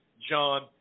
John